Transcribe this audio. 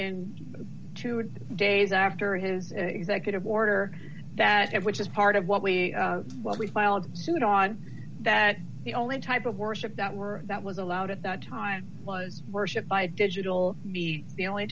in two days after his executive order that which is part of what we what we filed suit on that the only type of worship that were that was allowed at that time was worship digital be the only